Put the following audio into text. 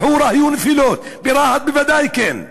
בחורה היו נפילות, ברהט בוודאי כן.